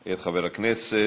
את חבר הכנסת